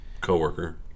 Coworker